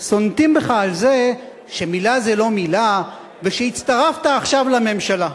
על זה שמלה זו לא מלה, ושהצטרפת עכשיו לממשלה.